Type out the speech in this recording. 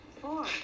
Four